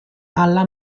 alla